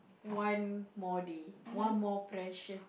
one more day one more precious